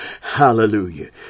Hallelujah